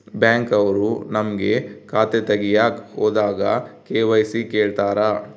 Bank ಅವ್ರು ನಮ್ಗೆ ಖಾತೆ ತಗಿಯಕ್ ಹೋದಾಗ ಕೆ.ವೈ.ಸಿ ಕೇಳ್ತಾರಾ?